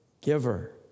giver